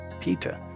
Peter